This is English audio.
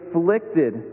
afflicted